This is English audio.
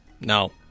No